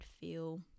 feel